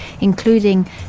including